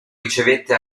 ricevette